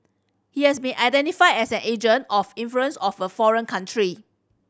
he has been identified as an agent of influence of a foreign country